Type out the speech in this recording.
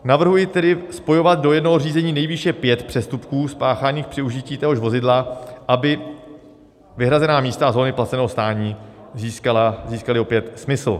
Navrhuji tedy spojovat do jednoho řízení nejvýše pět přestupků spáchaných při užití téhož vozidla, aby vyhrazená místa a zóny placeného stání získaly opět smysl.